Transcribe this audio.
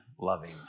loving